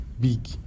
big